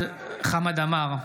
חמד עמאר,